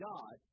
God